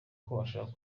ushaka